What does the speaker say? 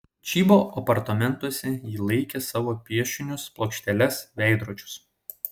čybo apartamentuose ji laikė savo piešinius plokšteles veidrodžius